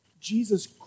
Jesus